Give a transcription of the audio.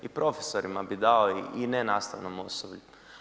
I profesorima bi dao i nenastavnom osoblju.